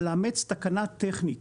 אבל לאמץ תקנה טכנית